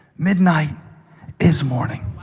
midnight is morning.